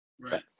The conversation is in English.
Right